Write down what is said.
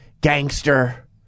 gangster